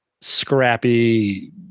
scrappy